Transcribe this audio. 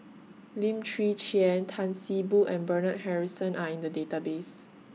Lim Chwee Chian Tan See Boo and Bernard Harrison Are in The Database